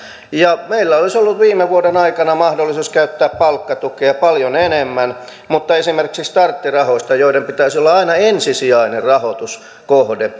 meillä olisi ollut viime vuoden aikana mahdollisuus käyttää palkkatukea paljon enemmän mutta esimerkiksi starttirahoista joiden pitäisi olla aina ensisijainen rahoituskohde